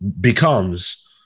becomes